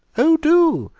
oh, do,